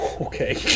Okay